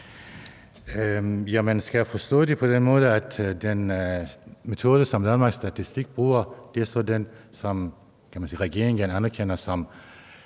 Skal jeg forstå det på den måde, at den metode, som Danmarks Statistik bruger, er den, som regeringen anerkender som